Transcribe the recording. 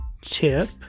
tip